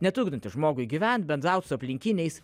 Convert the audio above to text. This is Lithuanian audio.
netrukdantis žmogui gyvent bendraut su aplinkiniais